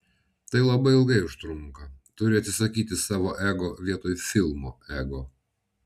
tai labai ilgai užtrunka turi atsisakyti savo ego vietoj filmo ego